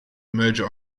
merger